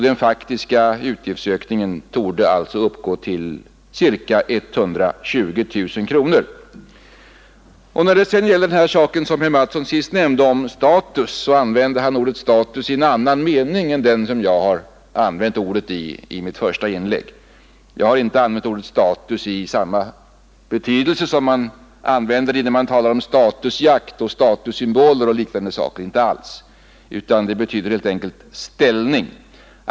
Den faktiska utgiftsökningen torde alltså uppgå till ca 120 000 kronor. När herr Mattsson sedan nämnde ordet status, använde han ordet i en annan mening än den jag har tillmätt ordet i mitt första inlägg. Jag har inte alls använt ordet status i den betydelse det har i t.ex. statusjakt och statussymboler. Status betyder här helt enkelt ställning.